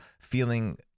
feeling